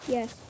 Yes